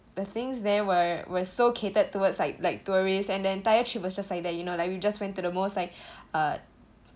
the things there were were so catered towards like like tourists and the entire trip was just like that you know like we just went to the most like uh